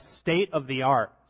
state-of-the-art